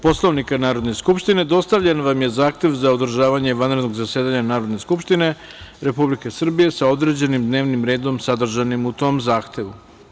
Poslovnika Narodne skupštine, dostavljen vam je zahtev za održavanje vanrednog zasedanja Narodne skupštine Republike Srbije, sa određenim dnevnim redom zadržanim u tom zahtevu.